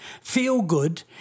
feel-good